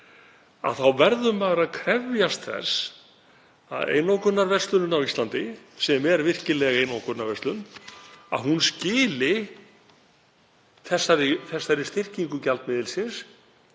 — þá verður maður að krefjast þess að einokunarverslun á Íslandi, sem er virkileg einokunarverslun, skili þessari styrkingu gjaldmiðilsins